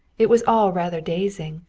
it was all rather dazing.